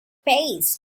paste